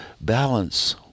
balance